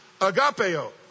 agapeo